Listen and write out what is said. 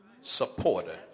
supporter